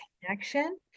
connection